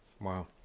Wow